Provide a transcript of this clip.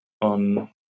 on